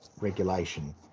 regulation